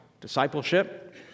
discipleship